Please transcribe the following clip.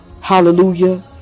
Hallelujah